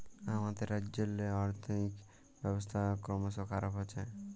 আমাদের রাজ্যেল্লে আথ্থিক ব্যবস্থা করমশ খারাপ হছে